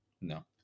No